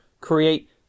create